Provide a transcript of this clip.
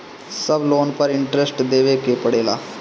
सब लोन पर इन्टरेस्ट देवे के पड़ेला?